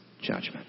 judgment